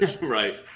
Right